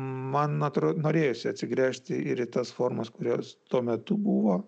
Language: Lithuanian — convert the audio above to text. man atro norėjosi atsigręžti ir į tas formas kurios tuo metu buvo